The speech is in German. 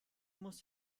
muss